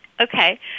Okay